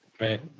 right